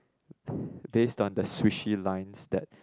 based on the sushi lines that